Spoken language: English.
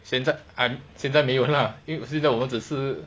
现在现在没有了因为现在我门只是